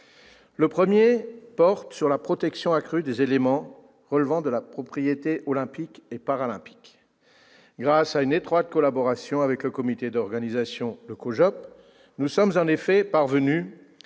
Le premier porte sur la protection accrue des éléments relevant de la propriété olympique et paralympique. Grâce à une étroite collaboration avec le Comité d'organisation, le COJOP, nous sommes en effet parvenus